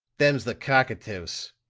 them's the cockatoos,